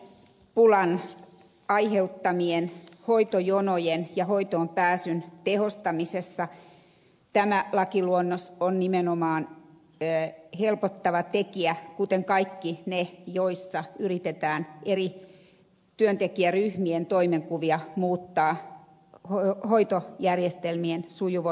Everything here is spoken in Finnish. lääkäripulan aiheuttamien hoitojonojen purkamisessa ja hoitoonpääsyn tehostamisessa tämä lakiluonnos on nimenomaan helpottava tekijä kuten kaikki ne joissa yritetään eri työntekijäryhmien toimenkuvia muuttaa hoitojärjestelmien sujuvoittamiseksi